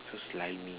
so slimy